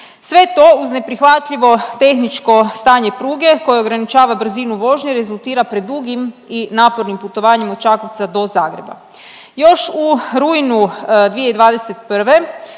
je to uz neprihvatljivo tehničko stanje pruge koje ograničava brzinu vožnje, rezultira predugim i napornim putovanjem od Čakovca do Zagreba. Još u rujnu 2021.